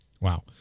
Wow